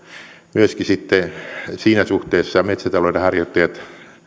myöskin sitten siinä suhteessa metsätalouden harjoittajat